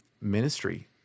ministry